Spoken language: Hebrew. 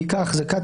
בדיקה החזקה,